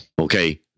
okay